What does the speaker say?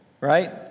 right